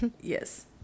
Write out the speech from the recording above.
yes